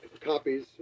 copies